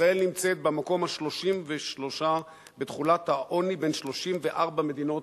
ישראל נמצאת במקום ה-33 בתחולת העוני בין 34 מדינות